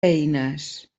eines